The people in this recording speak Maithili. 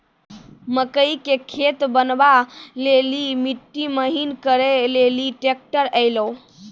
मकई के खेत बनवा ले ली मिट्टी महीन करे ले ली ट्रैक्टर ऐलो?